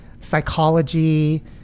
psychology